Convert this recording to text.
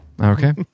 Okay